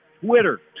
Twitter